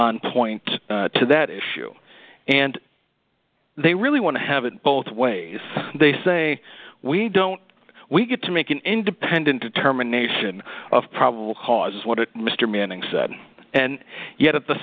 on point to that issue and they really want to have it both ways they say we don't we get to make an independent determination of probable cause what mr manning said and yet at the